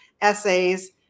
essays